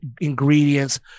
ingredients